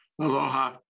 Aloha